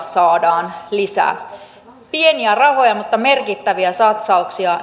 saadaan lisää asiantuntijatukea pieniä rahoja mutta merkittäviä satsauksia